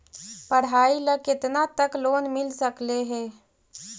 पढाई ल केतना तक लोन मिल सकले हे?